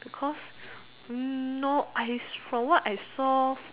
because no from what I saw